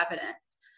evidence